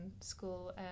school